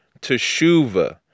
teshuva